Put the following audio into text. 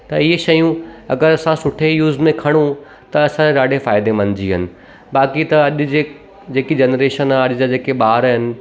त इहे शयूं अगरि असां सुठे यूज़ में खणूं त असांजे ॾाढे फ़ायदेमंद जी आहिनि बाक़ी त अॼु जी जेकी जनरेशन आहे अॼु जा जेके ॿार आहिनि